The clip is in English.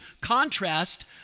contrast